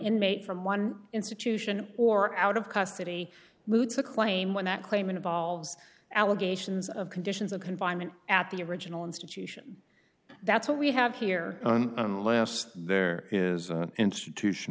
inmate from one institution or out of custody moods to claim one that claim involves allegations of conditions of confinement at the original institution that's what we have here on last there is an institution